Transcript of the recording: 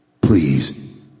Please